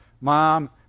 Mom